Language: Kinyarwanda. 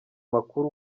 makuru